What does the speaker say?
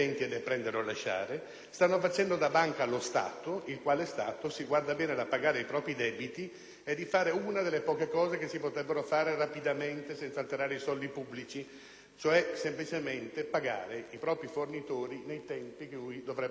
stanno facendo da banca allo Stato, il quale si guarda bene dal pagare i propri debiti e dal fare una delle poche cose che si potrebbero fare rapidamente senza alterare i soldi pubblici, cioè semplicemente pagare i propri fornitori nei tempi in cui dovrebbero essere pagati.